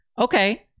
Okay